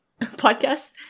podcast